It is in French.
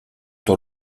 dans